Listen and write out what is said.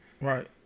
Right